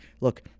Look